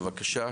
בבקשה.